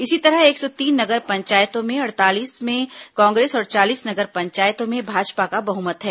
इसी तरह एक सौ तीन नगर पंचायतों में अड़तालीस में कांग्रेस और चालीस नगर पंचायतों में भाजपा का बहुमत है